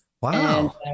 Wow